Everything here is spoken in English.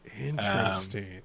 Interesting